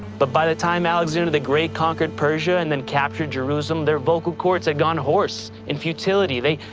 but by the time alexander the great conquered persia and then captured jerusalem, their vocal cords had gone hoarse, in futility. they,